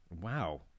Wow